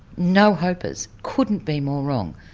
no-hopers couldn't be more wrong.